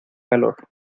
calor